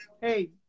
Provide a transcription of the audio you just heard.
hey